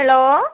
hello